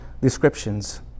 descriptions